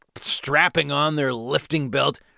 strapping-on-their-lifting-belt